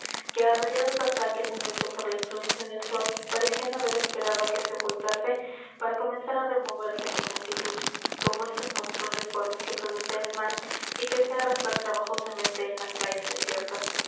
que arrolladas hasta aquel momento por la influencia del sol parecían haber esperado á que se ocultase para comenzar á removerse con lentitud como esos monstruos deformes que produce el mar y que se arrastran trabajosamente en las playas desiertas